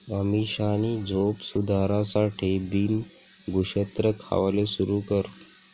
अमीषानी झोप सुधारासाठे बिन भुक्षत्र खावाले सुरू कर